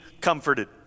comforted